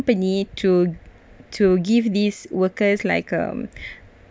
company to to give these workers like um